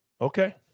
Okay